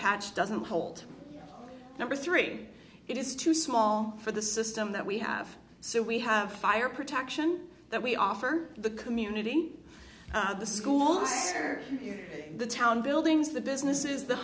patch doesn't hold number three it is too small for the system that we have so we have fire protection that we offer the community the school the town buildings the businesses the